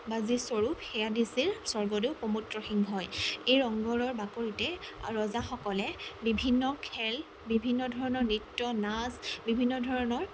বা যিস্বৰূপ সেয়া দিছিল স্বৰ্গদেউ প্ৰমত্ত সিংহই এই ৰংঘৰৰ বাকৰিত ৰজাসকলে বিভিন্ন খেল বিভিন্ন ধৰণৰ নৃত্য নাচ বিভিন্ন ধৰণৰ